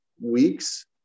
weeks